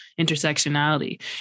intersectionality